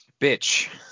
bitch